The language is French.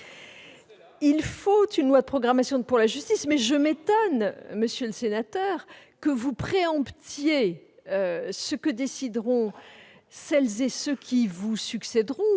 Il faut une loi de programmation pour la justice, mais je m'étonne que vous préemptiez ce que décideront celles et ceux qui vous succéderont.